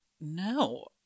No